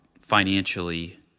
financially